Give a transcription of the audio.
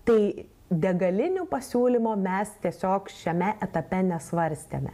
tai degalinių pasiūlymo mes tiesiog šiame etape nesvarstėme